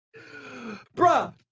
Bruh